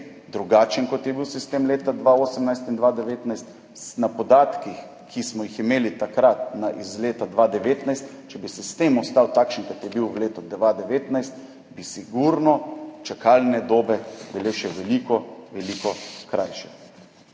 drugačen, kot je bil sistem leta 2018 in 2019. Na podatkih, ki smo jih imeli takrat iz leta 2019, če bi sistem ostal takšen, kot je bil v letu 2019, bi sigurno čakalne dobe bile še veliko veliko daljše.